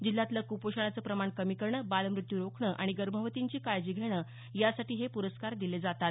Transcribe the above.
जिल्ह्यातलं क्पोषणाचं प्रमाण कमी करणं बालमृत्यू रोखणं आणि गर्भवतींची काळजी घेणं यासाठी हे प्रस्कार दिले जातात